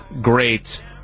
great